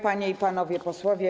Panie i Panowie Posłowie!